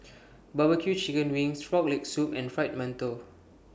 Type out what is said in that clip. Barbecue Chicken Wings Frog Leg Soup and Fried mantou